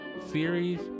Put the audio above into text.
Theories